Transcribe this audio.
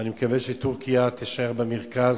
ואני מקווה שטורקיה תישאר במרכז,